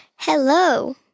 Hello